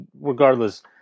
regardless